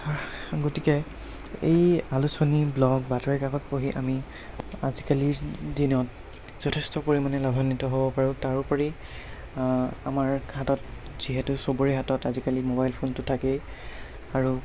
গতিকে এই আলোচনী ব্লগ বাতৰিকাকত পঢ়ি আমি আজিকালিৰ দিনত যথেষ্ট পৰিমাণে লাভান্বিত হ'ব পাৰোঁ তাৰোপৰি আমাৰ হাতত যিহেতু চবৰে হাতত আজিকালি মোবাইল ফোনটো থাকেই আৰু